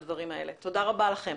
תודה רבה לכם.